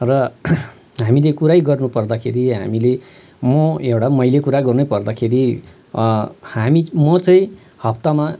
र हामीले कुरै गर्नुपर्दाखेरि हामीले म एउटा मैले कुरा गर्नुपर्दाखेरि हामी म चाहिँ हप्तामा